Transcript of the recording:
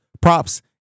props